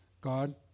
God